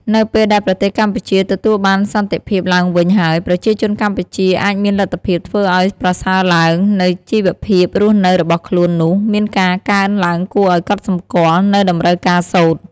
នៅពេលដែលប្រទេសកម្ពុជា ទទួលបានសន្តិភាពឡើងវិញហើយ ប្រជាជនកម្ពុជាអាចមានលទ្ធភាពធ្វើអោយប្រសើរឡើង នូវជីវភាពរស់នៅរបស់ខ្លួននោះមានការកើនឡើងគួរឱ្យកត់សម្គាល់នូវតម្រូវការសូត្រ។